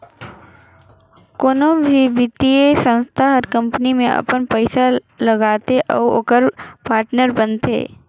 कोनो भी बित्तीय संस्था हर कंपनी में अपन पइसा लगाथे अउ ओकर पाटनर बनथे